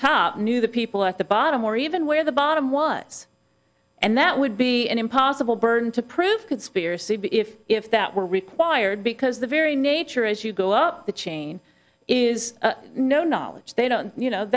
top knew the people at the bottom or even where the bottom was and that would be an impossible burden to prove conspiracy but if if that were required because the very nature as you go up the chain is no knowledge they don't you know